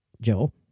Joe